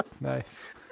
Nice